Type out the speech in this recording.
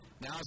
Now